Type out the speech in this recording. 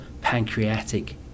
pancreatic